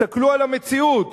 תסתכלו על המציאות,